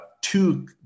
two